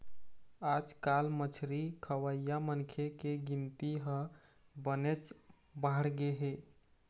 आजकाल मछरी खवइया मनखे के गिनती ह बनेच बाढ़गे हे